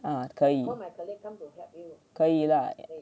嗯可以可以 lah